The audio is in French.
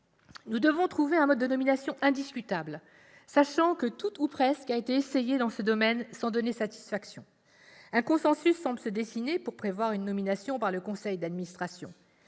nous devons trouver un mode de nomination indiscutable, sachant que tout ou presque a été essayé dans ce domaine, sans donner satisfaction. Un consensus semble se dessiner pour prévoir une nomination par le conseil d'administration.